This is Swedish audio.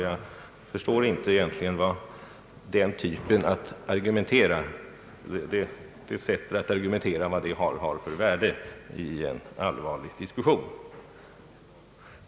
Jag förstår egentligen inte vad detta sätt att argumentera har för värde i en allvarlig diskussion.